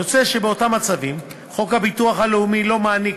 יוצא שבאותם מצבים חוק הביטוח הלאומי לא מעניק